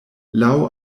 laŭ